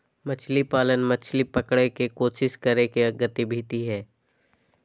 मछली पालन, मछली पकड़य के कोशिश करय के गतिविधि हइ